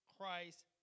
Christ